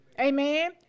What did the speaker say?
Amen